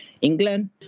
England